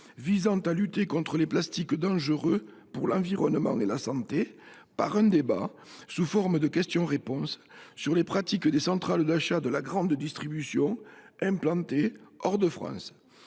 visant à lutter contre les plastiques dangereux pour l’environnement et la santé par un débat, sous forme de questions réponses, sur les pratiques des centrales d’achat de la grande distribution implantées hors de France.